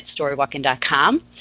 Storywalking.com